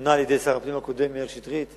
מונה על-ידי שר הפנים הקודם מאיר שטרית,